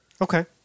Okay